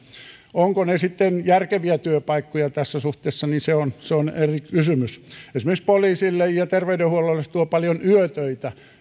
ovatko ne sitten järkeviä työpaikkoja tässä suhteessa se on se on eri kysymys esimerkiksi poliisille ja terveydenhuollolle se tuo paljon yötöitä